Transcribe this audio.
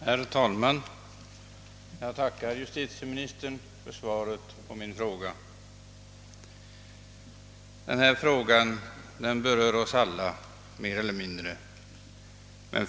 Herr talman! Jag tackar justitieministern för svaret på min interpellation. Denna fråga berör, i större eller mindre utsträckning oss alla.